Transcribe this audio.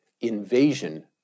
invasion